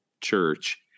church